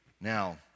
Now